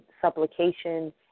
supplication